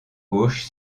gauche